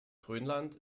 grönland